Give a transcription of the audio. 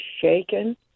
shaken